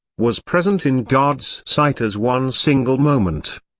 was present in god's sight as one single moment.